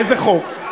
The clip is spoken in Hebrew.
איזה חוק?